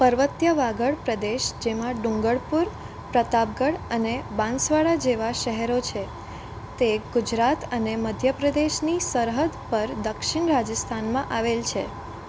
પર્વતીય વાગડ પ્રદેશ જેમાં ડુંગરપુર પ્રતાપગઢ અને બાંસવાડા જેવાં શહેરો છે તે ગુજરાત અને મધ્ય પ્રદેશની સરહદ પર દક્ષિણ રાજસ્થાનમાં આવેલાં છે